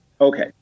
Okay